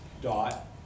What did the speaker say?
dot